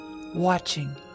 watching